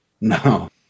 No